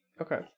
Okay